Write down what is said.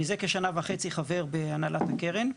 זה כשנה וחצי חבר בהנהלת הקרן.